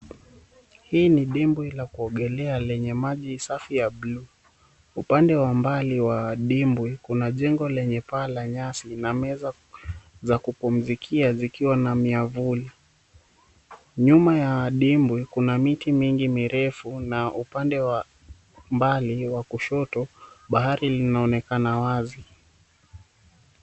Hii ni dimbwi la kuogelea lenye maji safi ya buluu , upande wa mbali wa dimbwi kuna jengo lenye paa la nyasi na meza za kupumzikia zikiwa na miavuli. Nyuma ya dimbwi kuna miti mingi mirefu na upande wa mbali wa kushoto bahari linaonekana wazi.